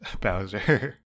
Bowser